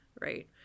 right